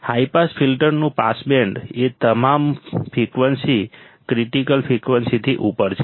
high pass ફિલ્ટરનું passband એ તમામ ફ્રિકવન્સી ક્રિટિકલ ફ્રિકવન્સીથી ઉપર છે